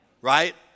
right